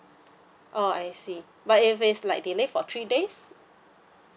oh I see but if it's like delayed for three days